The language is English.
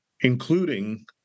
including